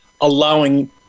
allowing